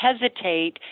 hesitate